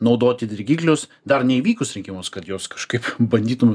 naudoti dirgiklius dar neįvykus rinkimams kad jos kažkaip bandytum